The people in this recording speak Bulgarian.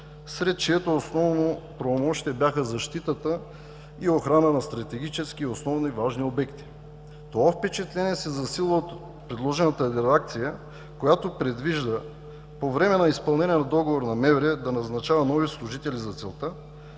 чието основно правомощие беше защитата и охраната на стратегически основни и важни обекти. Това впечатление се засилва от предложената редакция, която предвижда по време на изпълнение на договор МВР да назначава нови служители за целта.